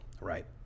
right